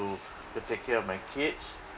to to take care of my kids